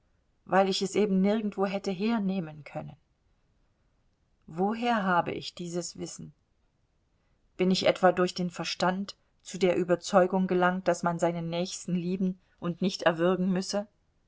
weil ich es eben nirgendwo hätte hernehmen können woher habe ich dieses wissen bin ich etwa durch den verstand zu der überzeugung gelangt daß man seinen nächsten lieben und nicht erwürgen müsse